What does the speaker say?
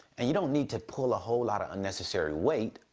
and you don't need to pull a whole lot of unnecessary weight,